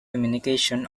communication